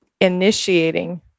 initiating